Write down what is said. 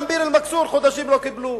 גם בביר-אל-מכסור חודשים לא קיבלו,